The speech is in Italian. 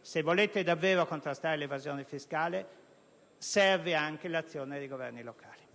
Se volete davvero contrastare l'evasione fiscale, serve anche l'azione dei governi locali,